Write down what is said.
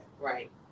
Right